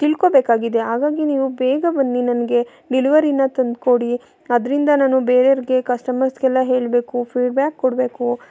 ತಿಳ್ಕೊಳ್ಬೇಕಾಗಿದೆ ಹಾಗಾಗಿ ನೀವು ಬೇಗ ಬನ್ನಿ ನನಗೆ ಡಿಲಿವರೀನ ತಂದ್ಕೊಡಿ ಅದರಿಂದ ನಾನು ಬೇರೆಯವ್ರಿಗೆ ಕಸ್ಟಮರ್ಸ್ಗೆಲ್ಲ ಹೇಳಬೇಕು ಫೀಡ್ಬ್ಯಾಕ್ ಕೊಡಬೇಕು